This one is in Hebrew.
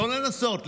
לא לנסות,